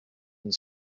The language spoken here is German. und